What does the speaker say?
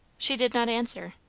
she did not answer.